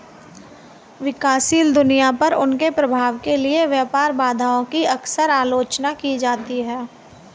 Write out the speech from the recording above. विकासशील दुनिया पर उनके प्रभाव के लिए व्यापार बाधाओं की अक्सर आलोचना की जाती है